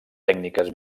tècniques